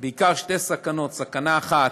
בעיקר שתי סכנות: סכנה אחת,